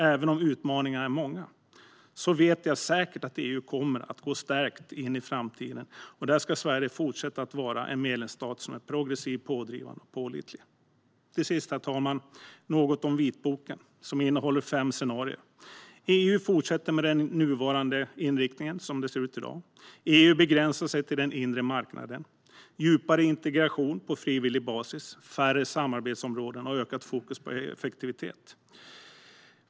Även om utmaningarna är många vet jag säkert att EU kommer att gå stärkt in i framtiden. Där ska Sverige fortsätta att vara en medlemsstat som är progressiv, pådrivande och pålitlig. Till sist ska jag säga något om vitboken, herr talman. Den innehåller fem scenarier: EU fortsätter med den nuvarande inriktningen, som det ser ut i dag. EU begränsar sig till den inre marknaden. Det blir en djupare integration på frivillig basis. Det blir färre samarbetsområden och ökat fokus på effektivitet.